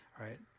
right